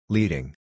Leading